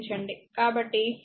కాబట్టి i v R1 v R2 v 1 R1 1 R2